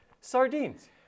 sardines